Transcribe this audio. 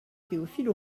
théophile